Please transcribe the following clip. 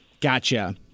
Gotcha